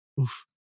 Oof